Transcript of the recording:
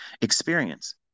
Experience